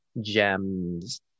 gems